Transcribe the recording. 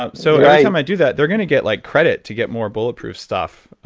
ah so i um i do that, they're going to get like credit to get more bulletproof stuff,